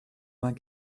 vingt